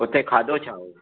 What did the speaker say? हुते खाधो छा हुयो